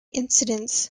incidence